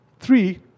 Three